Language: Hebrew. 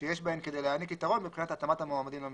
שיש בהן כדי להעניק יתרון מבחינת התאמצת המועמדים למשרה.